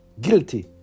guilty